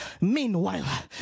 meanwhile